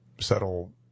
settle